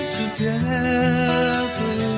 together